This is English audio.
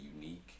unique